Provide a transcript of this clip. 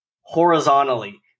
horizontally